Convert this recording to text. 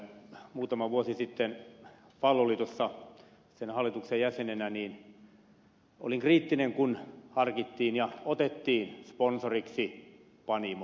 muutama vuosi sitten palloliitossa sen hallituksen jäsenenä olin kriittinen kun harkittiin ja otettiin sponsoriksi panimo